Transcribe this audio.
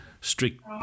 strict